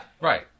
right